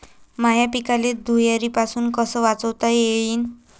माह्या पिकाले धुयारीपासुन कस वाचवता येईन?